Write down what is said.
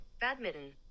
Badminton